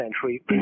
century